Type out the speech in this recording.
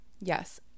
yes –